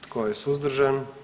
Tko je suzdržan?